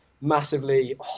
massively –